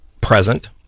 present